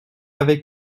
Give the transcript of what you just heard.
avait